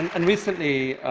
and recently,